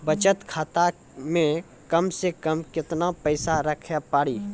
बचत खाता मे कम से कम केतना पैसा रखे पड़ी?